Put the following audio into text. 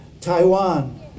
Taiwan